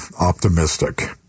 optimistic